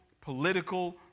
political